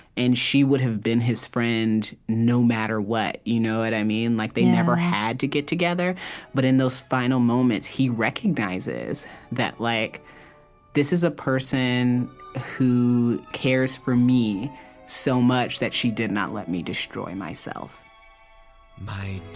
and she would have been his friend, no matter what. you know what i mean? like they never had to get together but in those final moments, he recognizes that like this is a person who cares for me so much that she did not let me destroy myself one